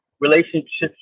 relationships